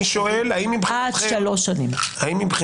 אני שואל: האם מבחינתכם,